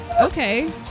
okay